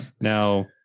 Now